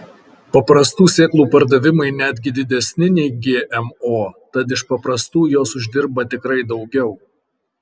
paprastų sėklų pardavimai netgi didesni nei gmo tad iš paprastų jos uždirba tikrai daugiau